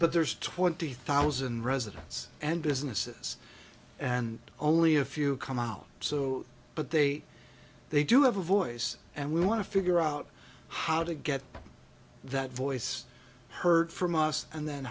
but there's twenty thousand residents and businesses and only a few come out so but they they do have a voice and we want to figure out how to get that voice heard from us and then